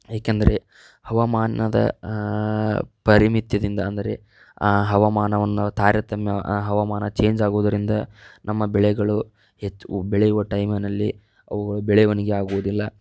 ಏಕೆಂದರೆ ಹವಾಮಾನದ ಪರಿಮಿತ್ಯದಿಂದ ಅಂದರೆ ಆ ಹವಾಮಾನವನ್ನು ತಾರತಮ್ಯ ಆ ಹವಾಮಾನ ಚೇಂಜ್ ಆಗೋದ್ರಿಂದ ನಮ್ಮ ಬೆಳೆಗಳು ಹೆಚ್ಚು ಬೆಳೆಯುವ ಟೈಮಿನಲ್ಲಿ ಅವುಗಳು ಬೆಳೆವಣಿಗೆ ಆಗುವುದಿಲ್ಲ